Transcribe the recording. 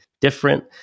Different